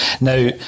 Now